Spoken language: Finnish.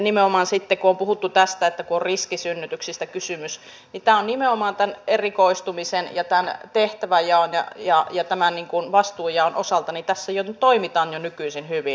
nimenomaan sitten kun on puhuttu tästä että kun on riskisynnytyksistä kysymys niin nimenomaan tämän erikoistumisen ja tämän tehtäväjaon ja tämän vastuujaon osalta tässä toimitaan jo nykyisin hyvin